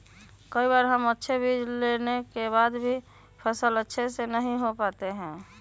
कई बार हम अच्छे बीज लेने के बाद भी फसल अच्छे से नहीं हो पाते हैं?